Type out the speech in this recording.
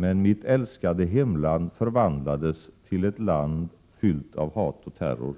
Men mitt älskade hemland förvandlades till ett land fyllt av hat och terror.